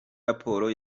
raporo